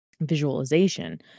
visualization